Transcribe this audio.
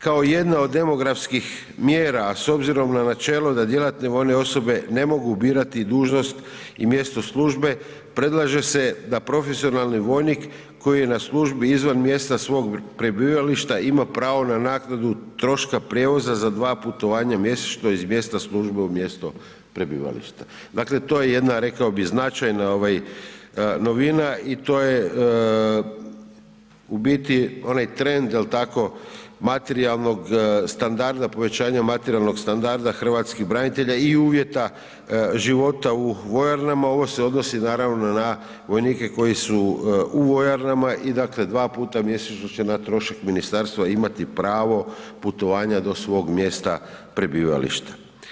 Kao jedna od demografskih mjera, a s obzirom na načelo da djelatne vojne osobe ne mogu birati dužnost i mjesto službe predlaže se da profesionalni vojnik koji je na službi izvan mjesta svog prebivališta ima pravo na naknadu troška prijevoza za dva putovanja mjesečno iz mjesta službe u mjesto prebivališta, dakle to je jedna rekao bi značajna ovaj novina i to je u biti onaj trend jel tako, materijalnog standarda, povećanja materijalnog standarda hrvatskih branitelja i uvjeta života u vojarnama, ovo se odnosi naravno na vojnike koji su u vojarnama i dakle dva puta mjesečno će na trošak ministarstva imati pravo putovanja do svog mjesta prebivališta.